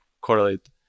correlate